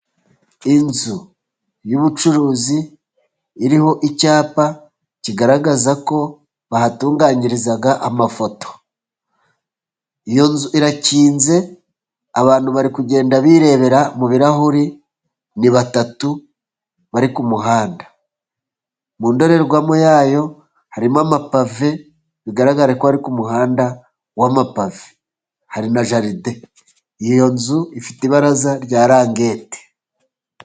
Inzu y'ubucuruzi iriho icyapa kigaragaza ko bahatunganyiriza amafoto, iyo nzu irakinze, abantu bari kugenda birebera mu birarahuri, ni batatu bari ku muhanda. Mu ndorerwamo yayo harimo amapave bigaragara ko ari ku muhanda w'amapave, hari na jaride. Iyo nzu ifite ibaraza rya rangete